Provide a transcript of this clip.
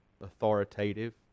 authoritative